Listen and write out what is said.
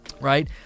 Right